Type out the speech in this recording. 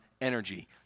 energy